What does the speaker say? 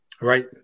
Right